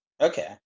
okay